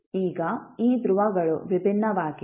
ಈಗ ಈ ಧ್ರುವಗಳು ವಿಭಿನ್ನವಾಗಿವೆ